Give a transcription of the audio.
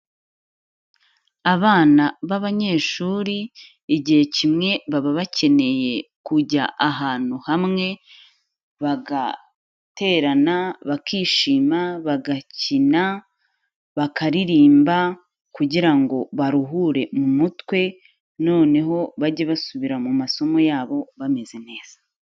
Abana b'abanyeshuri, igihe kimwe baba bakeneye kujya ahantu hamwe, bagaterana, bakishima, bagakina, bakaririmba kugira ngo baruhure mu mutwe, noneho bajye basubira mu masomo yabo bameze neza.